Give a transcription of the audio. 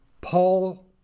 Paul